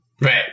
Right